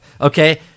okay